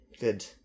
Good